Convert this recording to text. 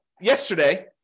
yesterday